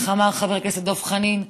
איך אמר חבר הכנסת דב חנין?